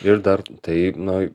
ir dar tai na